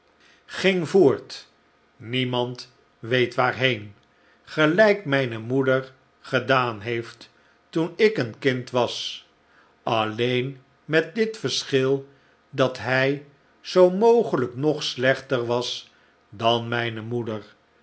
ging voort niemand weet waarheen gelijk mijne moeder gedaan heeft toen ik een kind was alleen met dit verschil dat hij zoo mogelijk nog slechter was dan mijne moeder